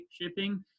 Shipping